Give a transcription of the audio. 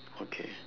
okay